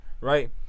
right